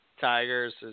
Tigers